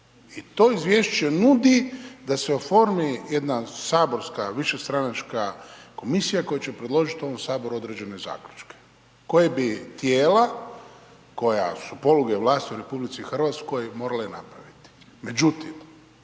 i to izvješće nudi da se oformi jedna saborska višestranačka komisija koja će predložiti ovom saboru određene zaključke, koje bi tijela koja su poluge vlasti u RH morale napraviti. Međutim,